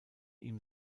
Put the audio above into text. ihm